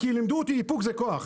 כי לימדו אותי איפוק זה כוח.